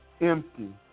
empty